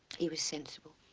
he was sensible.